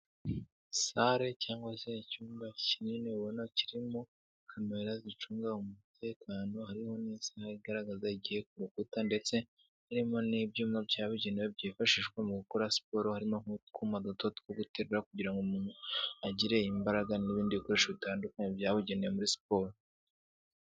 Sare cyangwa se icyumba kinini ubona kirimo kamera zicunga umutekano, hariho n'isaha igaragaza igihe ku rukuta ndetse harimo n'ibyuma byabugenewe byifashishwa mu gukora siporo, harimo nk'utwuma duto two gutegura kugira ngo umuntu agire imbaraga n'ibindi bikoresho bitandukanye byabugenewe muri siporo.